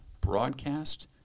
Broadcast